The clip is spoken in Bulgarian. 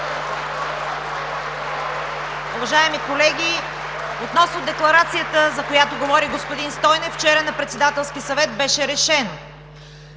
Уважаеми колеги, относно декларацията, която направи господин Стойнев – вчера на Председателски съвет беше решено